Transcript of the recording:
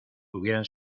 hubieran